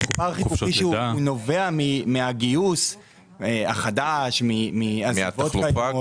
זה דבר חיכוכי מהגיוס החדש, מעזיבות קיימות.